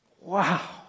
Wow